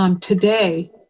today